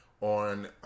on